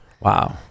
Wow